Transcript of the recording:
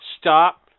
stop